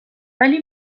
ولی